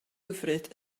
hyfryd